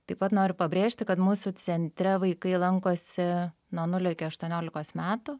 taip pat noriu pabrėžti kad mūsų centre vaikai lankosi nuo nulio iki aštuoniolikos metų